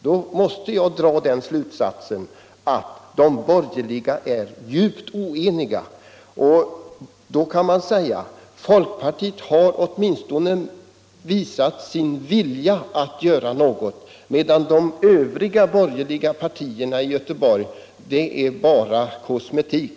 Därför måste jag dra den slutsatsen att de borgerliga är djupt oeniga. Då kan man säga att folkpartiet åtminstone har visat sin vilja att göra något, medan det vad beträffar de övriga borgerliga partierna i Göteborg bara är kosmetik.